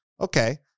Okay